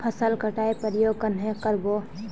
फसल कटाई प्रयोग कन्हे कर बो?